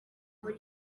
muri